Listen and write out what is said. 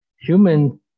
human